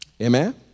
Amen